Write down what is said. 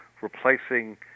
replacing